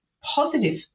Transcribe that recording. positive